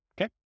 Okay